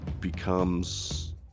becomes